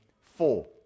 four